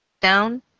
down